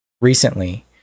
recently